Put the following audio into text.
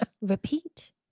Repeat